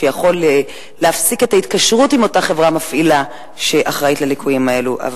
שיכולות להפסיק את ההתקשרות עם אותה חברה מפעילה שאחראית לליקויים האלה.